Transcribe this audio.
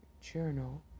Journal